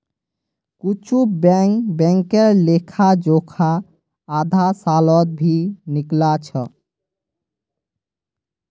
कुछु बैंक बैंकेर लेखा जोखा आधा सालत भी निकला छ